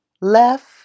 left